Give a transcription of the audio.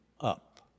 up